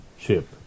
ship